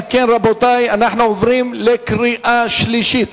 אם כן, רבותי, אנחנו עוברים לקריאה השלישית.